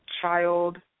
child